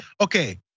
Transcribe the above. Okay